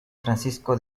francisco